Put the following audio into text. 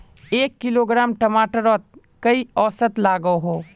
एक किलोग्राम टमाटर त कई औसत लागोहो?